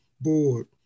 board